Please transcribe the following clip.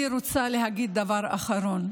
אני רוצה להגיד דבר אחרון.